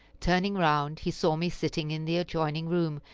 turning round, he saw me sitting in the adjoining room,